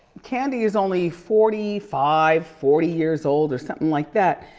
kandi is only forty five, forty years old or something like that.